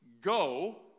go